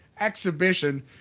exhibition